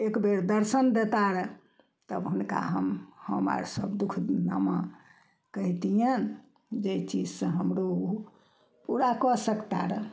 एकबेर दर्शन देता रऽ तब हुनका हम हम आर सभ दुख हम कहितियनि जाहि चीजसँ हमरो उ पूराकऽ सकता रऽ